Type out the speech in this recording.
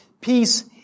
peace